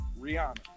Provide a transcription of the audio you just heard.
Rihanna